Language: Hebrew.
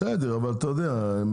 בסדר אבל אתה יודע,